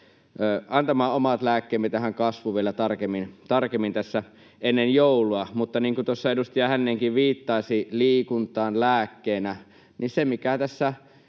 antamaan omat lääkkeemme tähän kasvuun vielä tarkemmin ennen joulua. Mutta niin kuin tuossa edustaja Hänninenkin viittasi liikuntaan lääkkeenä, niin se, mikä tässä